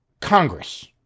Congress